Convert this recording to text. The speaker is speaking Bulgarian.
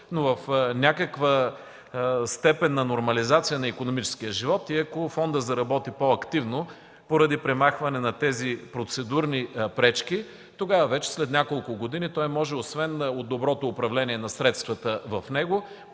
но в някаква степен на нормализация на икономическия живот и ако фондът заработи по-активно поради премахване на тези процедурни пречки, след няколко години той може, освен от доброто управление на средствата в него,